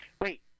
wait